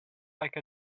like